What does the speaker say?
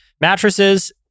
mattresses